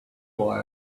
why